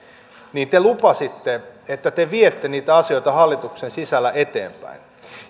niin te lupasitte että te viette niitä asioita hallituksen sisällä eteenpäin